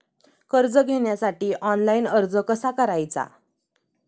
कर्ज घेण्यासाठी ऑनलाइन अर्ज कसा करायचा?